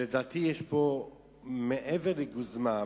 לדעתי יש פה מעבר לגוזמה,